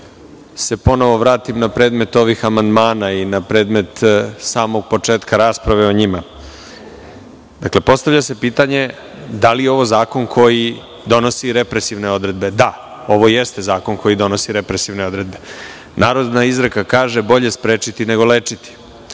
se ponovo vratim na predmet ovih amandmana i na predmet samog početka rasprave o njima. Postavlja se pitanje – da li je ovo zakon koji donosi represivne odredbe? Da, ovo jeste zakon koji donosi represivne odredbe. Narodna izreka kaže – bolje sprečiti nego lečiti.